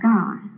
God